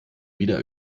wieder